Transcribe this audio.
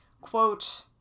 Quote